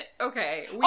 okay